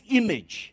image